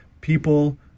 people